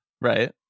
Right